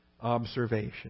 observation